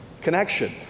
connection